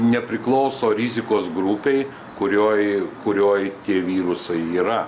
nepriklauso rizikos grupei kurioj kurioj tie virusai yra